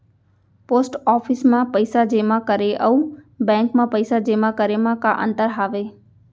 post office मा पइसा जेमा करे अऊ बैंक मा पइसा जेमा करे मा का अंतर हावे